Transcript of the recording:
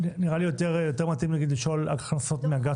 נראה לי יותר מתאים לשאול על הכנסות מאגרת שמירה.